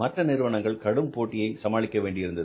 மற்ற நிறுவனங்கள் கடும் போட்டியை சமாளிக்க வேண்டியிருந்தது